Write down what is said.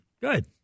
Good